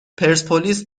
پرسپولیس